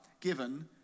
given